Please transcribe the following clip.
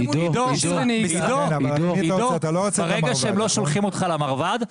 ברגע שהם לא שולחים אותך למרב"ד,